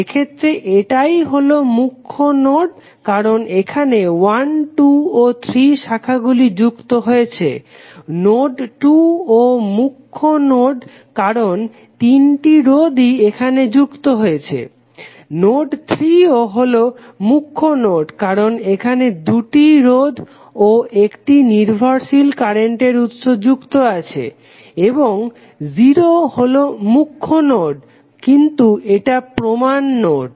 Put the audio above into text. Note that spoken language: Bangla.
এক্ষেত্রে এইটা হলো মুখ্য নোড কারণ এখানে 1 2 ও 3 শাখাগুলি যুক্ত হয়েছে নোড 2 ও মুখ্য নোড কারণ তিনটি রোধই এখানে যুক্ত হয়েছে নোড 3 ও হলো মুখ্য নোড কারণ এখানে দুটি রোধ ও একটি নির্ভরশীল কারেন্টের উৎস যুক্ত আছে এবং 0 হলো মুখ্য নোড কিন্তু এটা প্রমান নোড